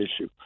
issue